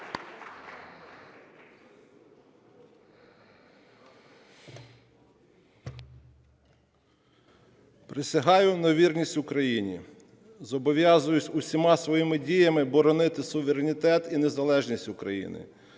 Присягаю на вірність Україні. Зобов'язуюсь усіма своїми діями боронити суверенітет і незалежність України,